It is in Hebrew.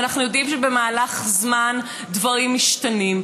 ואנחנו יודעים שבמהלך זמן דברים משתנים.